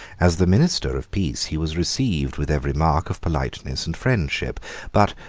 as the minister of peace, he was received with every mark of politeness and friendship but,